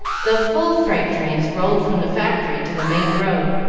though full freight-trains rolled from the factory to the main road,